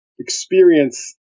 experience